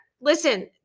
listen